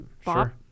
Sure